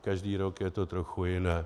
Každý rok je to trochu jiné.